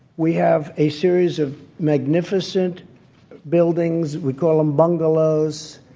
we have a series of magnificent buildings. we call them bungalows.